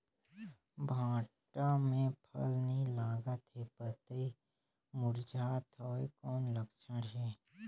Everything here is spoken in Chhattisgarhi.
भांटा मे फल नी लागत हे पतई मुरझात हवय कौन लक्षण हे?